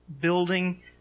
building